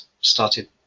started